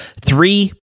three